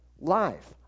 Life